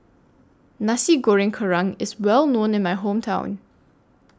Nasi Goreng Kerang IS Well known in My Hometown